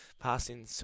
passing